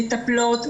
מטפלות,